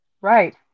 Right